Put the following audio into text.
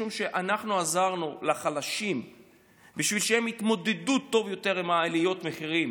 משום שאנחנו עזרנו לחלשים בשביל שהם יתמודדו טוב יותר עם עליות המחירים